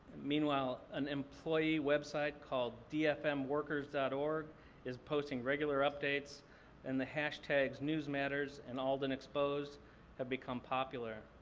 meanwhile, an employee website called dfmworkers dot org is posting regular updates and the hashtags news matters and alden exposed have become popular.